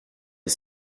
est